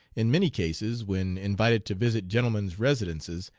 in many cases, when invited to visit gentlemen's residences,